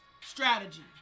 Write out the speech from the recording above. strategy